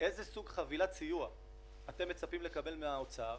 איזה סוג של חבילת סיוע אתם מצפים לקבל ממשרד האוצר,